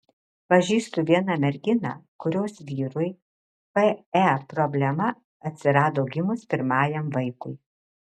pažįstu vieną merginą kurios vyrui pe problema atsirado gimus pirmajam vaikui